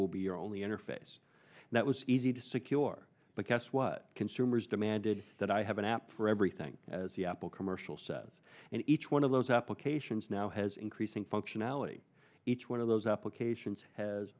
will be your only interface that was easy to secure but guess what consumers demanded that i have an app for everything as the apple commercial says and each one of those applications now has increasing functionality each one of those applications has